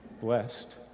blessed